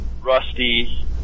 rusty